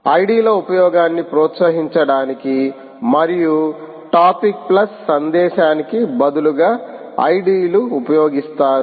IDల ఉపయోగాన్ని ప్రోత్సహించడానికి మరియు టాపిక్ ప్లస్ సందేశానికి బదులుగా IDలు ఉపయోగిస్తారు